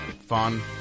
fun